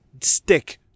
stick